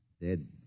dead